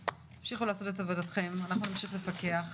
המשיכו לעשות את עבודתכם, אנחנו נמשיך לפקח.